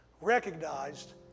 recognized